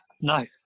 No